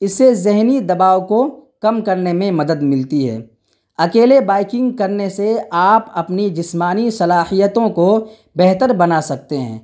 اس سے ذہنی دباؤ کو کم کرنے میں مدد ملتی ہے اکیلے بائکنگ کرنے سے آپ اپنی جسمانی صلاحیتوں کو بہتر بنا سکتے ہیں